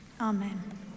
amen